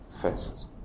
first